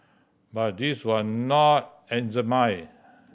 but this was not eczema